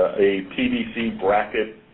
a pvc bracket